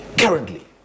Currently